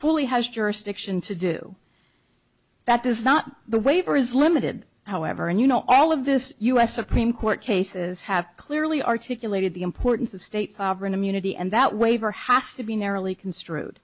fully has jurisdiction to do that does not the waiver is limited however and you know all of this u s supreme court cases have clearly articulated the importance of state sovereign immunity and that waiver has to be narrowly construed